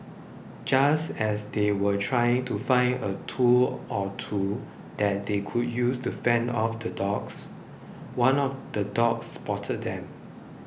just as they were trying to find a tool or two that they could use to fend off the dogs one of the dogs spotted them